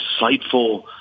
insightful